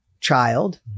child